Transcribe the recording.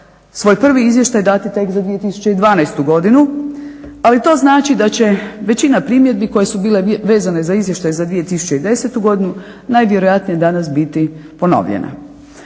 svoj prvi izvještaj dati tek za 2012. godinu, ali to znači da će većina primjedbi koje su bile vezane za izvještaj za 2010. godinu najvjerojatnije danas biti ponovljena.